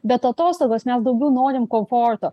bet atostogos mes daugiau norim komforto